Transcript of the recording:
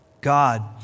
God